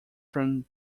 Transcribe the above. from